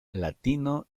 latino